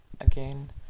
again